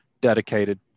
dedicated